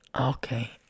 Okay